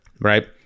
right